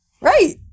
Right